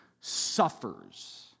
suffers